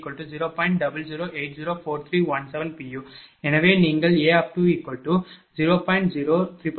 5454 0